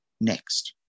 next